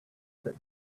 that